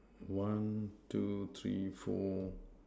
one two three four